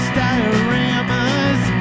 dioramas